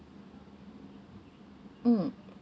mm